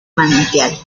manantial